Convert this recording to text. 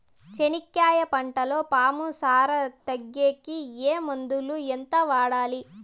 చెనక్కాయ పంటలో పాము సార తగ్గేకి ఏ మందులు? ఎంత వాడాలి?